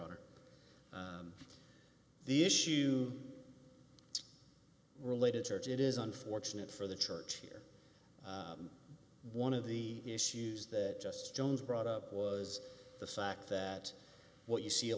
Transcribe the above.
honor the issue related search it is unfortunate for the church here one of the issues that just stones brought up was the fact that what you see a